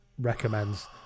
Recommends